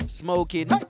smoking